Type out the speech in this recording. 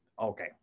Okay